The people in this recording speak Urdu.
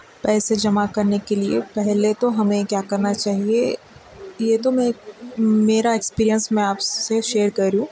پیسے جمع کرنے کے لیے پہلے تو ہمیں کیا کرنا چاہیے یہ تو میں میرا ایکسپیرئینس میں آپ سے شیئر کروں